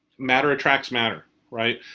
matter attracts matter. right?